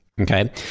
Okay